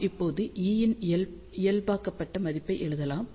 நாம் இப்போது E இன் இயல்பாக்கப்பட்ட மதிப்பை எழுதலாம்